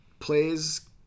Plays